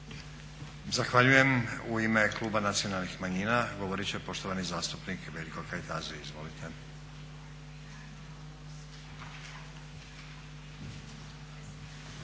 Zahvaljujem. U ime Kluba nacionalnih manjina, govoriti će poštovani zastupnik Veljko Kajtazi. Izvolite.